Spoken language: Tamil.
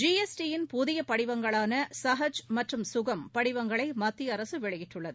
ஜிஎஸ்டியின் புதிய படிவங்களானசஹஜ் மற்றும் சுகம் படிவங்களைமத்தியஅரசுவெளியிட்டுள்ளது